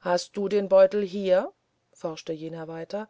hast du den beutel hier forschte jener weiter